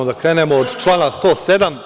Da krenemo od člana 107.